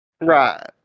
Right